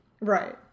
Right